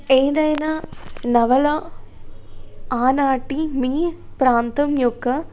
ఏదైనా నవల ఆనాటి మీ ప్రాంతం యొక్క